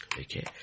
Okay